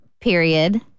period